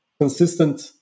consistent